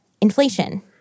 inflation